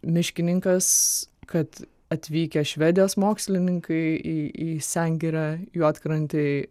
miškininkas kad atvykę švedijos mokslininkai į į sengirę juodkrantėj